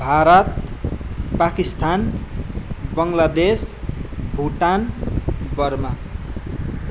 Bharat Pakistan Bangladesh Bhutan Burma